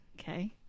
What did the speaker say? Okay